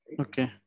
Okay